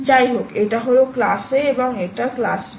যাইহোক এটা হল ক্লাস a এবং এটা ক্লাস b